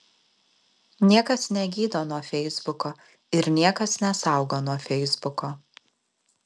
niekas negydo nuo feisbuko ir niekas nesaugo nuo feisbuko